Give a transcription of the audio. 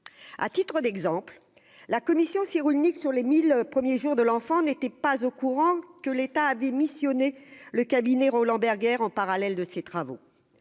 à titre d'exemple, la Commission Cyrulnik sur les 1000 premiers jours de l'enfant n'était pas au courant que l'État avait missionné le cabinet Roland Berger en parallèle de ces travaux,